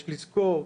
יש לזכור,